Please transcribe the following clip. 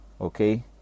Okay